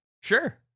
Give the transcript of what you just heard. Sure